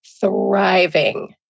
thriving